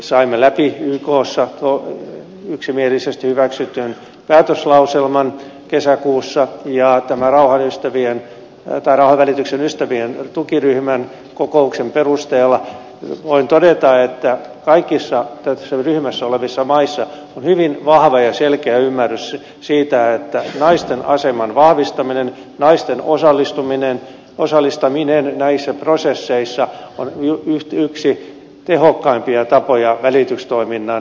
saimme läpi ykssa yksimielisesti hyväksytyn päätöslauselman kesäkuussa ja tämän rauhanvälityksen ystävät tukiryhmän kokouksen perusteella voin todeta että kaikissa tässä ryhmässä olevissa maissa on hyvin vahva ja selkeä ymmärrys siitä että naisten aseman vahvistaminen naisten osallistaminen näissä prosesseissa on yksi tehokkaimpia tapoja välitystoiminnan eteenpäin viemiseksi